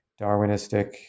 darwinistic